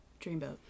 Dreamboat